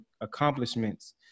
accomplishments